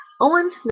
Owen